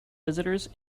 visitors